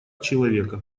человека